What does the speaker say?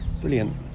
Brilliant